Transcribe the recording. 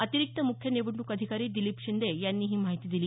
अतिरिक्त मुख्य निवडणूक अधिकारी दिलीप शिंदे यांनी ही माहिती दिली